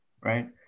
Right